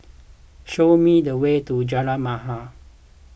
show me the way to Jalan Mahir